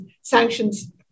sanctions